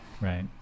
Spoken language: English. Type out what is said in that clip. right